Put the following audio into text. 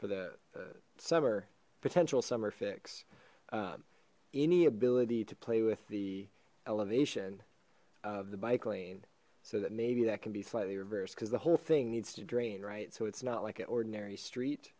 for the summer potential summer fix any ability to play with the elevation of the bike lane so that maybe that can be slightly reversed because the whole thing needs to drain right so it's not like an ordinary street